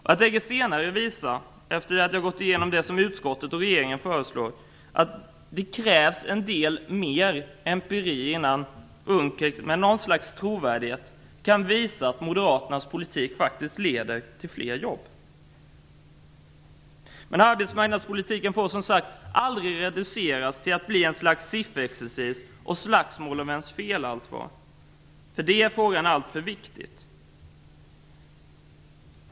Jag tänker senare, efter att jag gått igenom det som utskottet och regeringen föreslår, att visa på att det krävs en del mer empiri innan Per Unckel med något slags trovärdighet kan visa att Moderaternas politik faktiskt leder till fler jobb. Arbetsmarknadspolitiken får som sagt aldrig reduceras till att bli ett slags sifferexercis och ett slagsmål om vems fel allt var. För det är frågan alltför viktig.